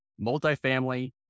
Multifamily